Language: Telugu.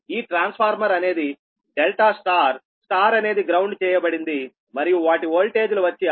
ఈ ట్రాన్స్ఫార్మర్ అనేది ∆ YY అనేది గ్రౌండ్ చేయబడింది మరియు వాటి వోల్టేజ్ లు వచ్చి 6